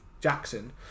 Jackson